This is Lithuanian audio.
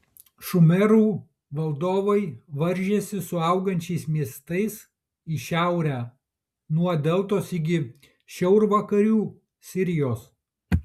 šumerų valdovai varžėsi su augančiais miestais į šiaurę nuo deltos iki šiaurvakarių sirijos